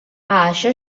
això